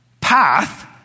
path